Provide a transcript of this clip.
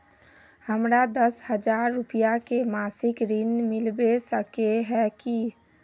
हमरा दस हजार रुपया के मासिक ऋण मिलबे सके है की?